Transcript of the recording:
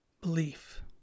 belief